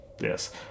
Yes